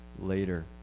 later